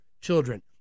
children